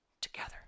together